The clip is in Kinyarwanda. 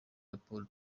raporo